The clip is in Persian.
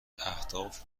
اهداف